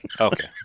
Okay